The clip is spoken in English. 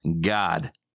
God